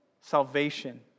salvation